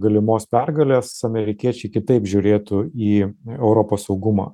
galimos pergalės amerikiečiai kitaip žiūrėtų į europos saugumą